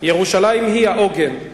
"ירושלים היא העוגן.